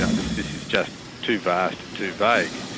yeah this this is just too vast and too vague.